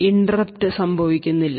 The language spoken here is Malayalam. ഇൻട്രപ്ട് സംഭവിക്കുന്നില്ല